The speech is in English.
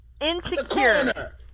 insecure